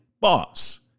boss